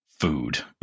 Food